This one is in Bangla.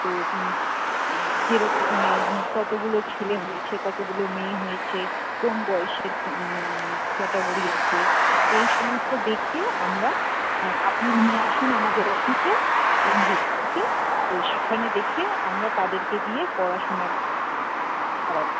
তো যেরকম কতগুলো ছেলে হয়েছে কতগুলো মেয়ে হয়েছে কোন বয়সের ক্যাটাগরি আছে এই সমস্ত দেখে আমরা আপনি নিয়ে আসুন আমাদের অফিসে এনজিও থেকে সেখানে দেখে আমরা তাদেরকে দিয়ে পড়াশোনা করাবো